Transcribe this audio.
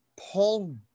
Paul